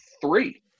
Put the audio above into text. three